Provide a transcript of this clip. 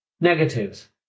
negatives